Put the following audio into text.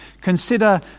consider